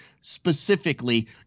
specifically